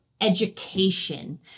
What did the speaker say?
education